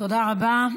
תודה רבה.